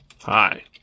Hi